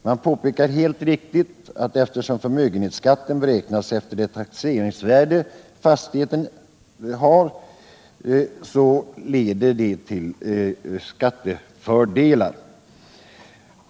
De påpekar helt riktigt att förmögenhetsskatten beräknas efter det taxeringsvärde fastigheten har vilket leder till skattefördelar.